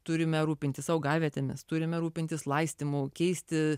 turime rūpintis augavietėmis turime rūpintis laistymu keisti